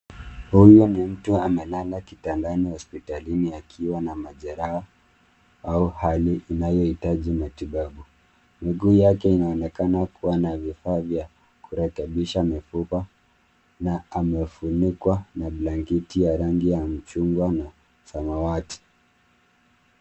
Huyu ni mtu amelala kitandani hospitalini akiwa na majeraha au hali inayohitaji matibabu. Miguu yake inaonekana kuwa na vifaa vya kurekebisha mifupa na amefunikwa na blanketi ya rangi ya mchungwa na samawati.